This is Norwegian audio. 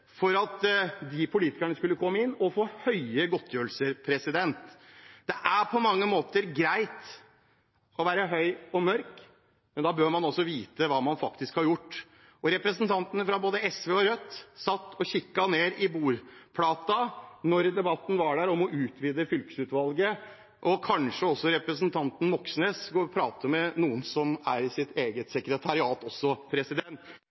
for at de politikerne skulle komme inn og få høye godtgjørelser. Det er på mange måter greit å være høy og mørk, men da bør man også vite hva man faktisk har gjort. Representantene fra både SV og Rødt satt og kikket ned i bordplaten da debatten om å utvide fylkesutvalget gikk. Kanskje burde representanten Moxnes også prate med noen i sitt eget sekretariat, som den gangen var en av de fylkespolitikerne. Det er